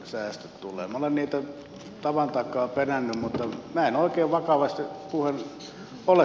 minä olen niitä tavan takaa penännyt mutta minä en oikein vakavasti puhuen ole